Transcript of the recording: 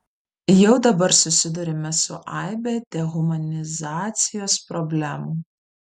jau dabar susiduriame su aibe dehumanizacijos problemų